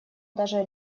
даже